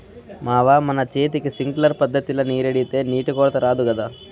మావా మన చేనుకి సింక్లర్ పద్ధతిల నీరెడితే నీటి కొరత రాదు గదా